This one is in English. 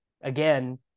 Again